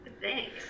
Thanks